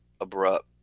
abrupt